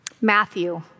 Matthew